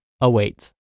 awaits